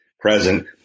present